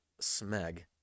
smeg